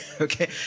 Okay